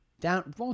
down